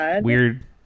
Weird